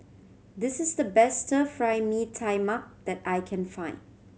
this is the best Stir Fry Mee Tai Mak that I can find